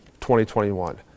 2021